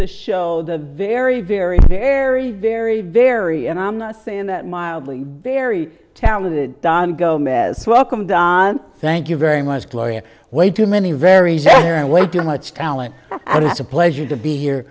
the show the very very very very very and i'm not saying that mildly very talented don gomez welcome don thank you very much gloria way too many varied and way too much talent and it's a pleasure to be here